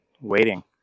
Waiting